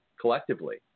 collectively